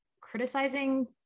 criticizing